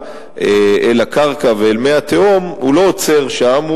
אל הקרקע ואל מי התהום הוא לא עוצר שם,